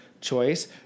choice